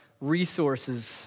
resources